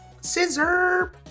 Scissor